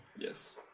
Yes